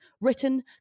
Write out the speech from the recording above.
written